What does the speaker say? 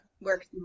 work